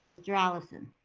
mr. allison?